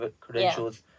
credentials